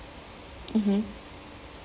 mmhmm